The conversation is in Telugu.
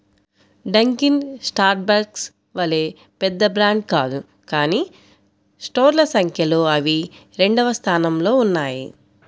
డంకిన్ స్టార్బక్స్ వలె పెద్ద బ్రాండ్ కాదు కానీ స్టోర్ల సంఖ్యలో అవి రెండవ స్థానంలో ఉన్నాయి